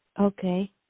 Okay